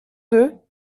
deux